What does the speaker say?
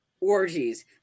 Orgies